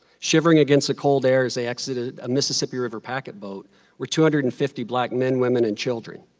shivering against the cold air as they exited a mississippi river packet boat were two hundred and fifty black men, women, and children.